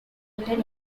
located